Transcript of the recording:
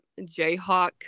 Jayhawk